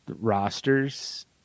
rosters